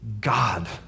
God